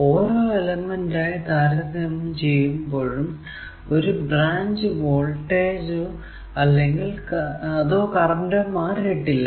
ഓരോ എലമെന്റ് ആയി താരതമ്യം ചെയ്യുമ്പോഴും ഒരു ബ്രാഞ്ച് വോൾട്ടജോ അതോ കറന്റോ മാറിയിട്ടില്ല